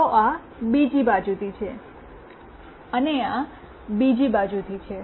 તો આ બીજી બાજુથી છે અને આ બીજી બાજુથી છે